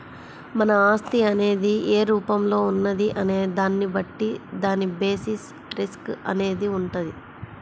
మన ఆస్తి అనేది ఏ రూపంలో ఉన్నది అనే దాన్ని బట్టి దాని బేసిస్ రిస్క్ అనేది వుంటది